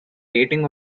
dating